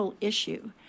issue